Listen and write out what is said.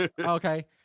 Okay